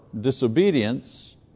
disobedience